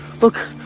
look